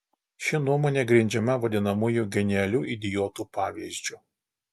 ši nuomonė grindžiama vadinamųjų genialių idiotų pavyzdžiu